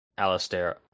alistair